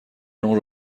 اون